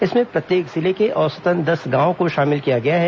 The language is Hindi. इसमें प्रत्येक जिले के औसतन दस गांवों को शामिल किया गया है